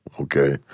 Okay